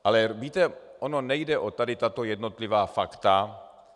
Ale víte, ono nejde o tato jednotlivá fakta.